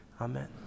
amen